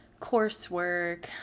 coursework